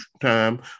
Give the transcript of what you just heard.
time